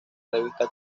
revista